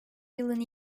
yılın